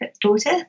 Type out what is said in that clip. daughter